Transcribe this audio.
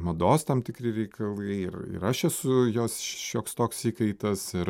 mados tam tikri reikalai ir ir aš esu jos šioks toks įkaitas ir